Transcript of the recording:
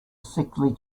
sickly